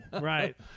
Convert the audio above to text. Right